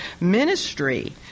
ministry